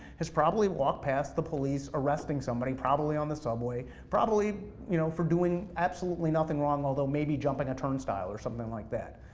has probably walked past the police arresting somebody, probably on the subway, probably you know for doing absolutely nothing wrong, although maybe jumping a turnstile or something like that.